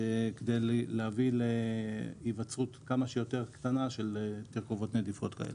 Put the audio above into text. כדי להביא להיווצרות כמה שיותר קטנה של תרכובות נדיפות כאלה.